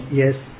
Yes